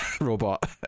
robot